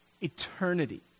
Eternity